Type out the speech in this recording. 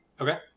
Okay